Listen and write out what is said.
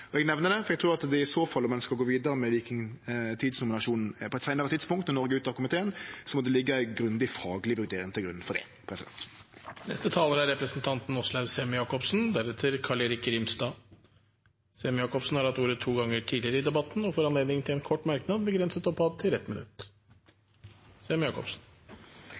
det, for eg trur i så fall at om ein skal gå vidare med vikingtidsnominasjonen på eit seinare tidspunkt når Noreg er ute av komiteen, må det liggje ei grundig fagleg vurdering til grunn for det. Åslaug Sem-Jacobsen har hatt ordet to ganger tidligere og får ordet til en kort merknad, begrenset til 1 minutt.